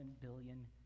billion